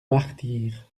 martyrs